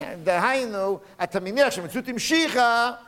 דהיינו, אתה מניח שהמציאות המשיכה